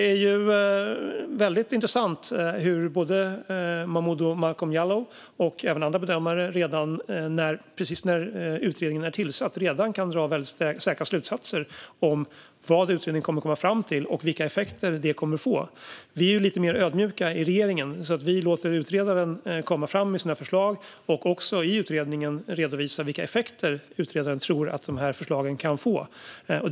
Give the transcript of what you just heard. Det är intressant hur både Momodou Malcolm Jallow och andra bedömare redan precis när utredningen är tillsatt kan dra väldigt säkra slutsatser om vad utredningen kommer att komma fram till och vilka effekter det kommer att få. Vi är lite mer ödmjuka i regeringen och låter utredaren komma fram med sina förslag och också i utredningen redovisa vilka effekter man tror att de här förslagen kan få.